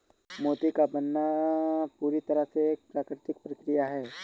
मोती का बनना पूरी तरह से एक प्राकृतिक प्रकिया है